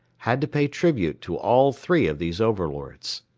had to pay tribute to all three of these overlords.